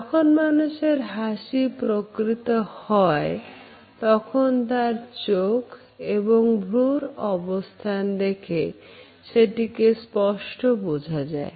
যখন মানুষের হাসি প্রকৃত হয় তখন তার চোখ এবং ভ্রুর অবস্থান দেখে সেটিকে স্পষ্ট বোঝা যায়